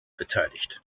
beteiligt